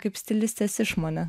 kaip stilistės išmonė